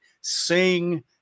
sing